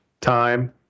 time